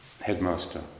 headmaster